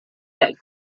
that